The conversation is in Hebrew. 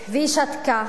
והיא שתקה.